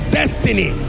destiny